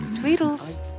Tweedles